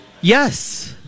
Yes